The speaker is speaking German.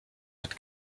mit